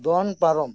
ᱫᱚᱱ ᱯᱟᱨᱚᱢ